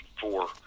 four